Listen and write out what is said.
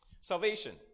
Salvation